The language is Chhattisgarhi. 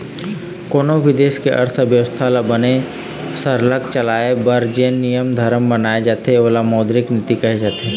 कोनों भी देश के अर्थबेवस्था ल बने सरलग चलाए बर जेन नियम धरम बनाए जाथे ओला मौद्रिक नीति कहे जाथे